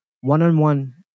One-on-one